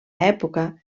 època